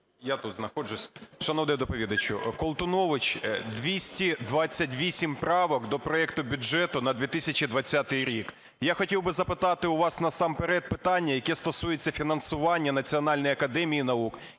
Я тут знаходжусь. Шановний доповідачу, Колтунович. 228 правок до проекту бюджету на 2020 рік. Я хотів би запитати у вас насамперед питання, яке стосується фінансування Національної академії наук